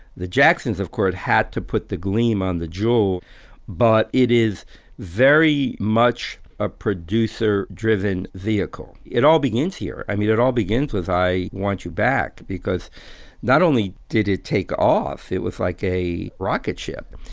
the jacksons of course had to put the gleam on the jewel but it is very much a producer driven vehicle. it all begins here. i mean it all begins with i want you back because not only did it take off it was like a rocket ship.